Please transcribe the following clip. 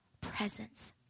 presence